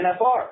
NFR